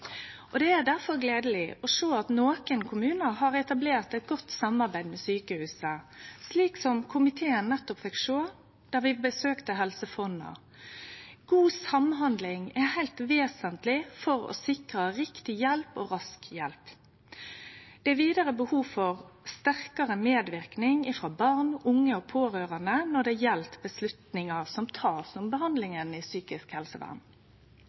Det er difor gledeleg å sjå at nokre kommunar har etablert eit godt samarbeid med sjukehus, slik som komiteen nettopp fekk sjå då vi besøkte Helse Fonna. God samhandling er heilt vesentleg for å sikre riktig hjelp og rask hjelp. Det er vidare behov for sterkare medverknad frå barn, unge og pårørande når det gjeld avgjerder som blir tekne om behandlinga i psykisk helsevern.